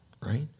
right